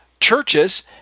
churches